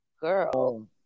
girl